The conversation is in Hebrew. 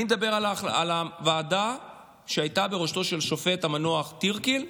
אני מדבר על הוועדה שהייתה בראשותו של השופט המנוח טירקל,